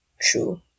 true